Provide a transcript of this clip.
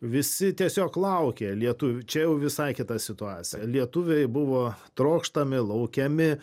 visi tiesiog laukė lietuvių čia jau visai kita situacija lietuviai buvo trokštami laukiami